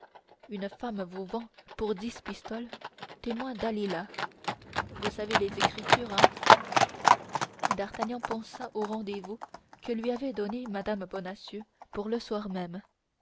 une femme vous vend pour dix pistoles témoin dalila vous savez les écritures hein d'artagnan pensa au rendez-vous que lui avait donné mme bonacieux pour le soir même